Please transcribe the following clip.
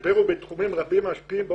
המשבר הוא בתחומים רבים המשפיעים על